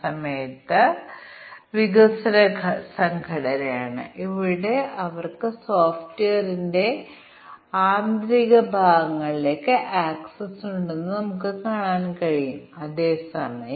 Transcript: കേസുകൾ ജോഡി തിരിച്ചുള്ള ടെസ്റ്റ് കേസുകളുടെ പരമാവധി എണ്ണം സൃഷ്ടിക്കുന്നത് വളരെ ബുദ്ധിമുട്ടുള്ള ഒരു പ്രശ്നമാണെന്നും പരിണാമ അൽഗോരിതങ്ങൾ ജനിതക അൽഗോരിതങ്ങൾ മുതലായവ നമുക്ക് പരീക്ഷിക്കാമെന്നും ഞാൻ പറയുന്നു